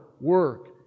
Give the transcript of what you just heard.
work